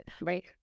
Right